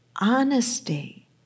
honesty